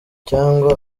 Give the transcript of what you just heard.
cyangwa